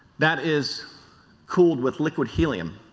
that is cooled with liquid helium,